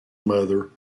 mother